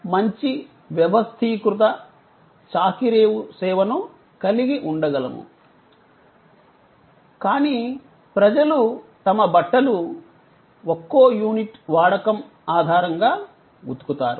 మనము మంచి వ్యవస్థీకృత చాకిరేవు లాండ్రోమాట్ సేవను కలిగి ఉండగలము కాని ప్రజలు తమ బట్టలు ఒక్కో యూనిట్ వాడకం ఆధారంగా ఉతుకుతారు